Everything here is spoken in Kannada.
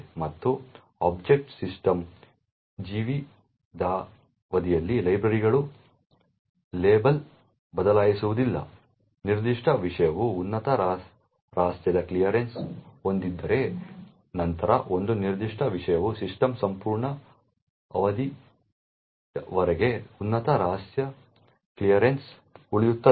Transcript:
ಮತ್ತು ಆಬ್ಜೆಕ್ಟ್ಗಳು ಸಿಸ್ಟಮ್ನ ಜೀವಿತಾವಧಿಯಲ್ಲಿ ಲೇಬಲ್ಗಳನ್ನು ಬದಲಾಯಿಸುವುದಿಲ್ಲ ನಿರ್ದಿಷ್ಟ ವಿಷಯವು ಉನ್ನತ ರಹಸ್ಯದ ಕ್ಲಿಯರೆನ್ಸ್ ಹೊಂದಿದ್ದರೆ ನಂತರ ಒಂದು ನಿರ್ದಿಷ್ಟ ವಿಷಯವು ಸಿಸ್ಟಮ್ನ ಸಂಪೂರ್ಣ ಅವಧಿಯವರೆಗೆ ಉನ್ನತ ರಹಸ್ಯ ಕ್ಲಿಯರೆನ್ಸ್ನಲ್ಲಿ ಉಳಿಯುತ್ತದೆ